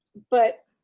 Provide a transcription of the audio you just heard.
but,